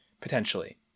potentially